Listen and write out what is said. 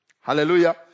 hallelujah